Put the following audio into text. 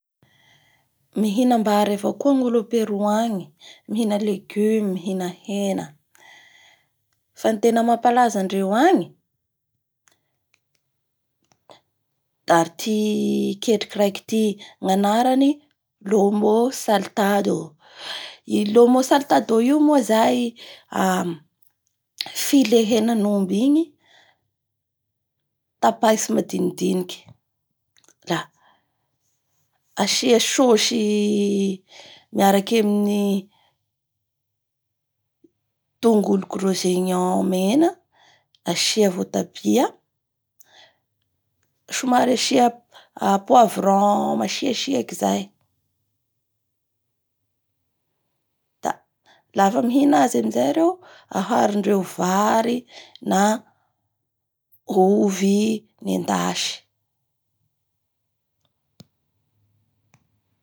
Ny a Peroa agny zany e ny hany malaza agny da ceviche io zany ro tena speciaité ny firenena amindreo agny da fanagaron'io fia, ranona voasary makira, asia tongolo mena, asia tsako o! Da asia blé!